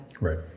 Right